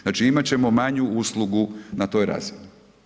Znači imati ćemo manju uslugu na toj razini.